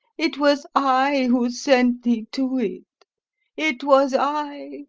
it was i who sent thee to it it was i,